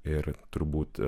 ir turbūt